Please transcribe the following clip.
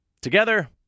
together